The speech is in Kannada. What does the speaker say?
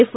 ಎಫ್